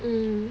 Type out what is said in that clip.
mmhmm